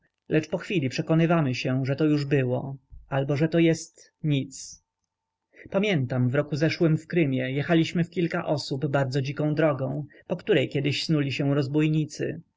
lecz pochwili przekonywamy się że to już było albo że to jest nic pamiętam w roku zeszłym w krymie jechaliśmy w kilka osób bardzo dziką drogą po której kiedyś snuli się rozbójnicy